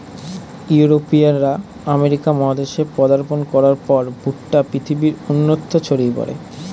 ইউরোপীয়রা আমেরিকা মহাদেশে পদার্পণ করার পর ভুট্টা পৃথিবীর অন্যত্র ছড়িয়ে পড়ে